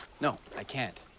no, i can't.